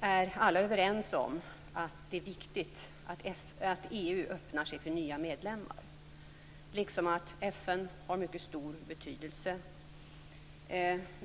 är alla överens om att det är viktigt att EU öppnar sig för nya medlemmar liksom att FN har mycket stor betydelse.